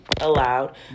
allowed